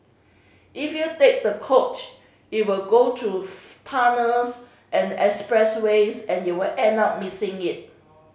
if you take the coach it will go through tunnels and expressways and you'll end up missing it